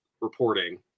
reporting